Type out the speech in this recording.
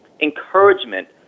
encouragement